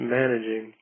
managing